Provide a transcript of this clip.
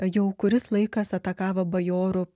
jau kuris laikas atakavo bajorų